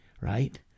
right